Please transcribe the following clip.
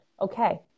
okay